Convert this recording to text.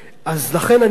לכן אני אומר,